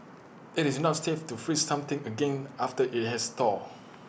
IT is not safe to freeze something again after IT has thawed